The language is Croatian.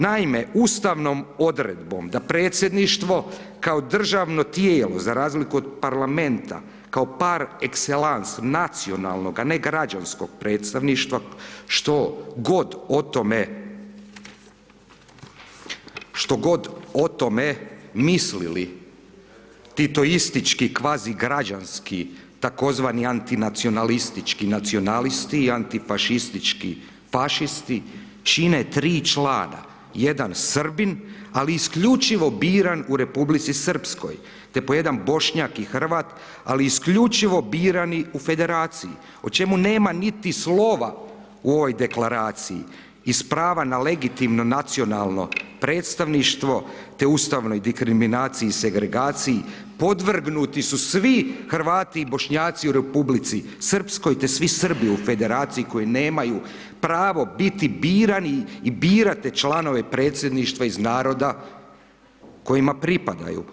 Naime, ustavnom odredbom da Predsjedništvo kao državno tijelo za razliku od Parlamenta kao par excellance nacionalnog a ne građanskog predstavništva što god o tome mislili titoistički kvazi građanski tzv. antinacionalistički nacionalisti i antifašistički fašisti, čine 3 člana, jedan Srbin, ali isključivo biran u Republici Srpskoj te po jedan Bošnjak i Hrvat ali isključivo birani i federaciji o čemu niti slova u ovoj deklaraciji iz prava na legitimno nacionalno predstavništvo te ustavnoj dikriminaciji i segregaciji, podvrgnuti su svi Hrvati i Bošnjaci u Republici Srpskoj te svi Srbi u federaciji u kojoj nemaju pravo biti birani i birati članove Predsjedništva iz naroda kojima pripadaju.